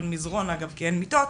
על מזרון כי אין מיטות,